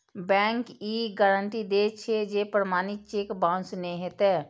bank ई guarantee दै छै, जे प्रमाणित चेक बाउंस नै हेतै